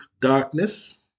darkness